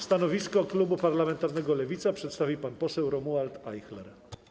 Stanowisko klubu parlamentarnego Lewica przedstawi pan poseł Romuald Ajchler.